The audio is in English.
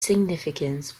significance